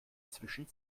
zwischen